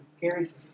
carries